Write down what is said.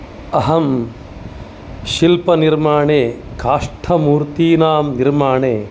अहं शिल्पनिर्माणे काष्ठमूर्तीनां निर्माणे